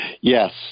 Yes